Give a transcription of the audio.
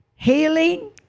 Healing